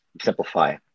simplify